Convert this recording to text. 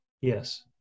yes